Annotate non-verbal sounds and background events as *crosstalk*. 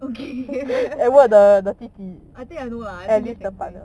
okay *laughs* I think I know lah